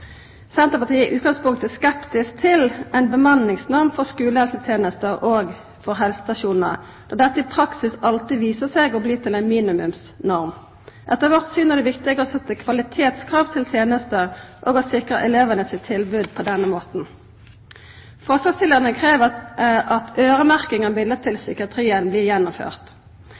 Senterpartiet er i utgangspunktet skeptisk til ei bemanningsnorm for skulehelsetenesta og for helsestasjonane, da dette i praksis alltid viser seg å bli til ei minimumsnorm. Etter vårt syn er det viktig å setje kvalitetskrav til tenester og sikre elevane sitt tilbod på denne måten. Forslagsstillarane krev at øyremerking av midlar til psykiatrien blir gjennomført.